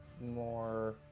more